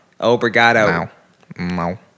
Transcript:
Obrigado